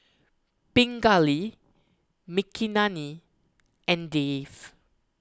Pingali Makineni and Dev